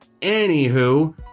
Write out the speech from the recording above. Anywho